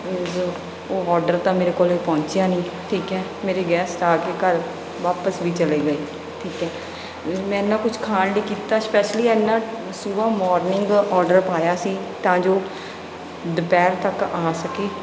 means ਉਹ order ਤਾਂ ਮੇਰੇ ਕੋਲ ਪਹੁੰਚਿਆ ਨਹੀਂ ਠੀਕ ਹੈ ਮੇਰੇ ਗੈਸਟ ਆ ਕੇ ਘਰ ਵਾਪਿਸ ਵੀ ਚਲੇ ਗਏ ਠੀਕ ਹੈ ਮੈਂ ਇੰਨਾ ਕੁਛ ਖਾਣ ਲਈ ਕੀਤਾ ਸਪੈਸ਼ਲੀ ਇੰਨਾ ਸੁਬਾਹ ਮੌਰਨਿੰਗ ਔਡਰ ਪਾਇਆ ਸੀ ਤਾਂ ਜੋ ਦੁਪਹਿਰ ਤੱਕ ਆ ਸਕੇ